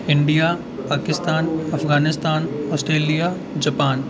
India Pakistan Afghanistan Australia Japan